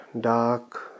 dark